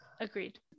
Agreed